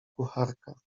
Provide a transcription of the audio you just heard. kucharka